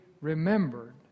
remembered